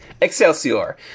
Excelsior